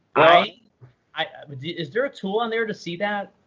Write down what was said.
ah i mean is there a tool on there to see that?